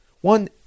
one